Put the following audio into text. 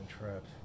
traps